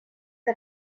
que